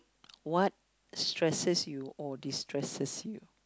what stresses you or destresses you